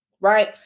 right